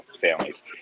families